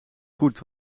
goed